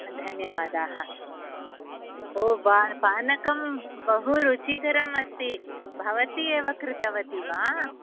धन्यवादाः ओ वा पानकं बहु रुचिकरम् अस्ति भवती एव कृतवती वा